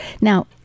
Now